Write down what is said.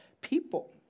people